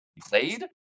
played